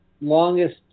longest